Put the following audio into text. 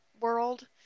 world